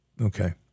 Okay